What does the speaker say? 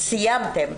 סיימתן.